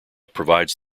provides